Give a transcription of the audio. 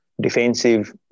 defensive